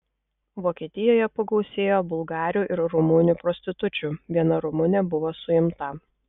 vokietijoje pagausėjo bulgarių ir rumunių prostitučių viena rumunė buvo suimta